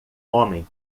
homem